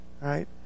right